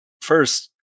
first